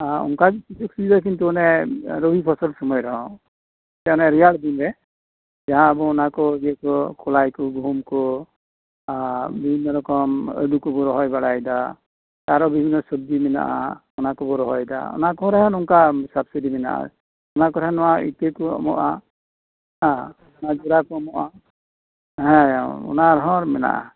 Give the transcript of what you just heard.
ᱚᱱᱠᱟ ᱜᱮ ᱦᱩᱭᱩᱜᱼᱟ ᱟᱨᱠᱤ ᱚᱱᱮ ᱨᱚᱵᱤ ᱯᱷᱚᱥᱚᱞ ᱥᱚᱢᱚᱭ ᱨᱮᱦᱚᱸ ᱨᱮᱭᱟᱲ ᱫᱤᱱ ᱨᱮ ᱡᱟᱦᱟᱸ ᱟᱵᱚ ᱡᱟᱦᱟᱸ ᱠᱚ ᱠᱚᱞᱟᱭ ᱠᱚ ᱜᱩᱦᱩᱢ ᱠᱚ ᱟᱨ ᱢᱤᱫ ᱢᱤᱫ ᱨᱚᱠᱚᱢ ᱟᱹᱞᱩ ᱠᱚᱵᱚ ᱨᱚᱦᱚᱭ ᱵᱟᱲᱟᱭᱟ ᱟᱨᱦᱚᱸ ᱵᱤᱵᱷᱤᱱᱱᱚ ᱥᱚᱵᱡᱤ ᱢᱮᱱᱟᱜᱼᱟ ᱚᱱᱟ ᱠᱚᱠᱚ ᱨᱚᱦᱚᱭᱫᱟ ᱚᱱᱟ ᱠᱚᱨᱮ ᱦᱚᱸ ᱱᱚᱝᱠᱟ ᱥᱟᱵᱥᱤᱰᱤ ᱢᱮᱱᱟᱜᱼᱟ ᱚᱱᱟ ᱠᱚᱨᱮ ᱦᱚᱸ ᱱᱚᱣᱟ ᱤᱛᱟᱹ ᱠᱚ ᱮᱢᱚᱜᱼᱟ ᱦᱮᱸ ᱱᱚᱣᱟ ᱡᱚᱨᱟ ᱠᱚ ᱮᱢᱚᱜᱼᱟ ᱦᱮᱸ ᱚᱱᱟ ᱦᱚᱸ ᱢᱮᱱᱟᱜᱼᱟ